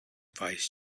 vice